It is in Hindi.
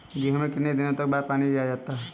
गेहूँ में कितने दिनों बाद पानी दिया जाता है?